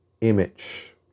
image